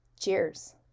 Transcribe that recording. Cheers